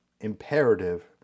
imperative